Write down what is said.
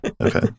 Okay